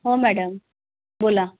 हो मॅडम बोला